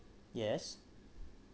yes